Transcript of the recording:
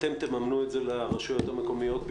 אתם תממנו את זה לרשויות המקומיות.